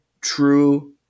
true